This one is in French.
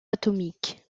atomique